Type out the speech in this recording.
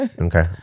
Okay